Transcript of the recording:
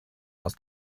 aus